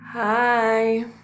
Hi